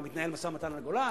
מה, מתנהל משא-ומתן על הגולן?